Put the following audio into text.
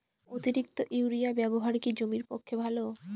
অতিরিক্ত ইউরিয়া ব্যবহার কি জমির পক্ষে ভালো?